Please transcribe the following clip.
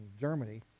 Germany